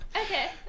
Okay